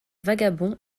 vagabond